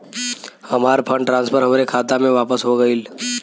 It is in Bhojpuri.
हमार फंड ट्रांसफर हमरे खाता मे वापस हो गईल